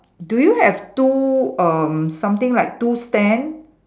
do you have two um something like two stand